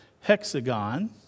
hexagon